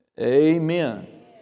amen